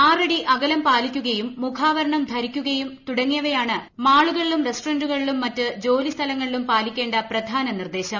ആറ് അടി അകലം പാലിക്കുകയും മുഖാവരണം ധരിക്കുകയും തുടങ്ങിയവയാണ് മാളുകളിലും റെസ്റ്റോറന്റുകളിലും മറ്റ് ജോലി സ്ഥലങ്ങളിലും പാലിക്കേണ്ട പ്രധാന നിർദ്ദേശം